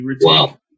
Wow